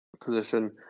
position